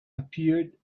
appeared